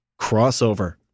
crossover